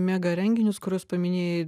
mega renginius kuriuos paminėjai